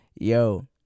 Yo